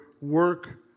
work